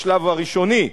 בשלב הראשוני,